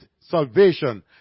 salvation